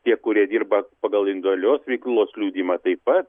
tie kurie dirba pagal individualios veiklos liudijimą taip pat